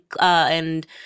and-